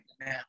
now